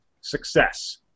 success